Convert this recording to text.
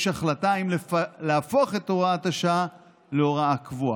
החלטה אם להפוך את הוראת השעה להוראה קבועה.